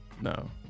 No